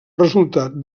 resultat